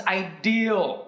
ideal